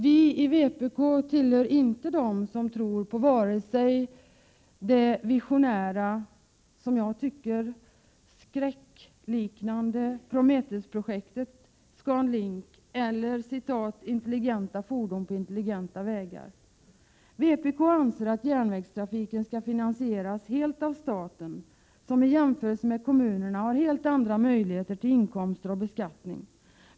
Vi i vpk tillhör inte dem som tror på vare sig det visionära, som jag tycker, skräckinjagande Prometheusprojektet Scan-Link eller ”intelligenta fordon på intelligenta vägar”. jämförelse med kommunerna har helt andra möjligheter till inkomster och beskattning.